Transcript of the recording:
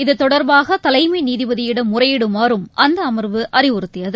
இதுதொடர்பாக தலைமை நீதிபதியிடம் முறையிடுமாறும் அந்த அமர்வு அறிவுறத்தியது